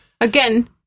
Again